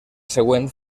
següent